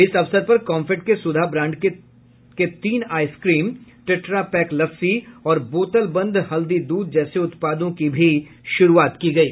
इस अवसर पर काम्फेड के सुधा ब्रांड के तीन आईसक्रीम ट्रेटा पैक लस्सी और बोतल बंद हल्दी दूध जैसे उत्पादों की भी शुरूआत की गयी